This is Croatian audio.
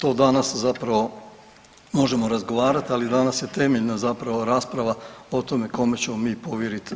To danas zapravo možemo razgovarati ali danas je temeljna zapravo rasprava o tome kome ćemo mi povjeriti